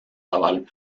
laval